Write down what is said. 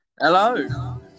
hello